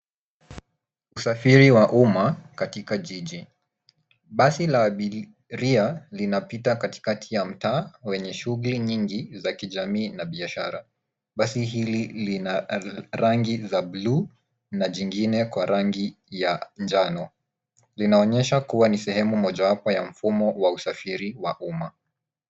Usafiri wa umma katika jiji. Basi la abiria linapita katikati ya mtaa wenye shughuli nyingi za kijamii na biashara. Basi hili lina rangi za buluu na jingine kwa rangi ya njano. Linaonyesha kuwa ni sehemu mojawapo ya mfumo wa usafiri wa umma.